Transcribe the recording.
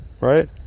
right